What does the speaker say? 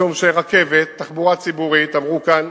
משום שרכבת, תחבורה ציבורית, אמרו כאן,